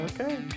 Okay